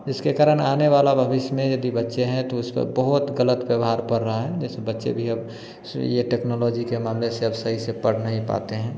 इसके कारण आने वाला भविष्य में यदि बच्चे हैं तो उसको बहुत गलत व्यवहार पड़ रहा है जैसे बच्चे भी अब से यह टेक्नोलॉजी के मामले से अब सही से पढ़ नहीं पाते हैं